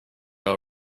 all